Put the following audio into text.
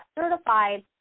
certified